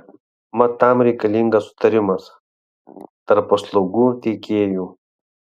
mat tam reikalingas sutarimas tarp paslaugų teikėjų